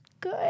good